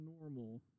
normal